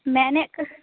ᱢᱮᱱᱮᱜ